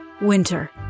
Winter